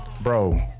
bro